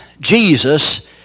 Jesus